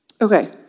Okay